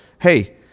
hey